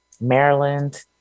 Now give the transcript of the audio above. Maryland